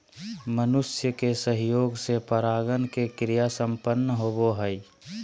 मनुष्य के सहयोग से परागण के क्रिया संपन्न होबो हइ